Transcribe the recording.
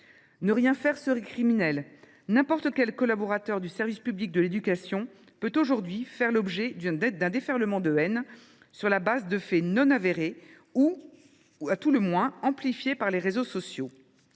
Ne rien faire serait criminel. N’importe quel collaborateur du service public de l’éducation peut actuellement faire l’objet d’un déferlement de haine sur le fondement de faits non avérés ou, à tout le moins, amplifiés par les réseaux sociaux.